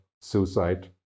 suicide